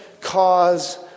cause